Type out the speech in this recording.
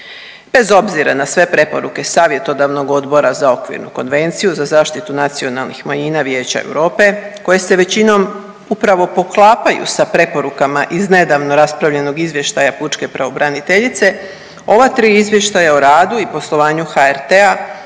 Bez obzira na sve preporuke Savjetodavnog odbora za Okvirnu konvenciju za zaštitu nacionalnih manjina Vijeća Europe koje se većinom upravo poklapaju sa preporukama iz nedavno raspravljenog izvještaja pučke pravobraniteljice, ova 3 izvještaja o radu i poslovanju HRT-a